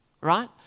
right